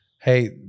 Hey